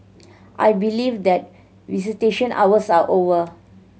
I believe that visitation hours are over